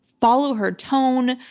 follow her tone,